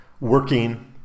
working